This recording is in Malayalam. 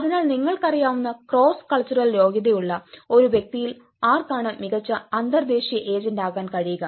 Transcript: അതിനാൽ നിങ്ങൾക്കറിയാവുന്ന ക്രോസ് കൾച്ചറൽ യോഗ്യതയുള്ള ഒരു വ്യക്തിയിൽ ആർക്കാണ് മികച്ച അന്തർദ്ദേശീയ ഏജൻറ് ആകാൻ കഴിയുക